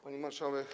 Pani Marszałek!